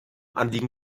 anliegen